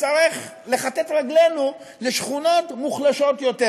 נצטרך לכתת רגלינו לשכונות מוחלשות יותר,